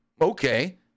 Okay